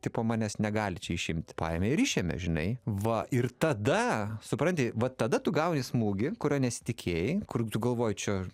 tipo manęs negali čia išimti paėmė ir išėmė žinai va ir tada supranti va tada tu gauni smūgį kurio nesitikėjai kur tu galvoji čia